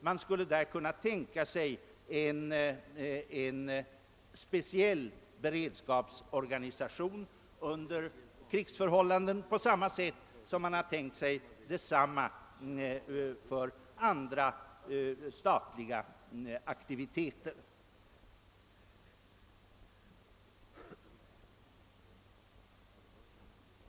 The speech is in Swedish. Man skulle härvidlag kunna tänka sig en speciell beredskapsorganisation under krigsförhållanden på samma sätt som när det gäller andra statliga aktiviteter.